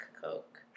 coke